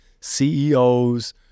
CEOs